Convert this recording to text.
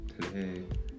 today